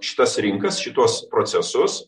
šitas rinkas šituos procesus